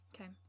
okay